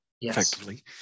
effectively